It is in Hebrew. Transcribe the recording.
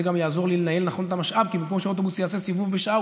זה גם יעזור לי לנהל נכון את המשאב כי במקום שהאוטובוס יעשה סיבוב בשעה,